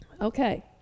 Okay